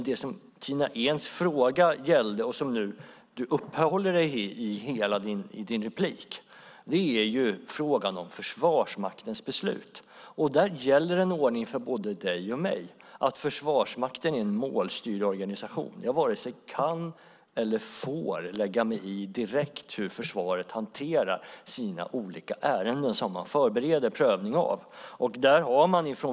Det Tina Ehns fråga gällde och det som hon uppehåller sig vid i sin replik är frågan om Försvarsmaktens beslut. Där gäller en ordning för både dig och mig, Tina Ehn. Försvarsmakten är en målstyrd organisation. Jag varken kan eller får lägga mig i hur försvaret hanterar de olika ärenden som man förbereder prövning av.